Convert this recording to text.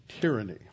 tyranny